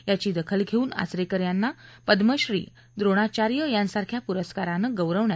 याची दाखल घेऊन आचरेकर याना पदमश्री द्रोणाचार्य यांसारख्या पुरस्कारानं गौरवण्यात आलं